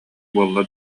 буолла